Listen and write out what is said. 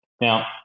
Now